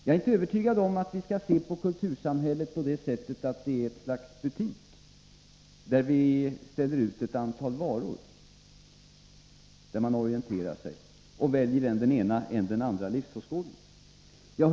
Jag är inte övertygad om att vi skall se på kultursamhället som om det vore ett slags butik där vi ställer ut ett antal varor, bland vilka man orienterar sig — och väljer än den ena, än den andra livsåskådningen.